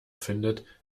findet